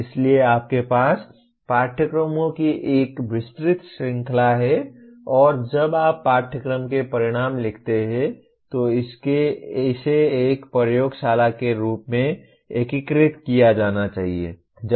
इसलिए आपके पास पाठ्यक्रमों की एक विस्तृत श्रृंखला है और जब आप पाठ्यक्रम के परिणाम लिखते हैं तो इसे एक प्रयोगशाला के रूप में एकीकृत किया जाना चाहिए